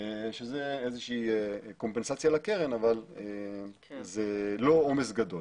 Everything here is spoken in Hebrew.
שזה איזושהי קומפנסציה לקרן אבל זה לא עומס גדול.